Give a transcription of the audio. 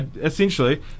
essentially